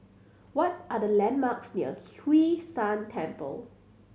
what are the landmarks near Hwee San Temple